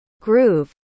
groove